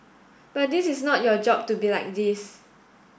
but this is not your job to be like this